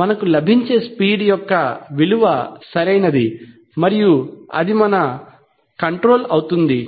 మనకు లభించే స్పీడ్ యొక్క విలువ సరైనది మరియు అది మన కంట్రోల్అవుతుంది